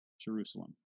Jerusalem